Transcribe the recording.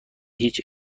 هیچ